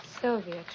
Sylvia